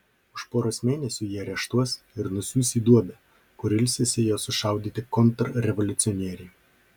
už poros mėnesių jį areštuos ir nusiųs į duobę kur ilsisi jo sušaudyti kontrrevoliucionieriai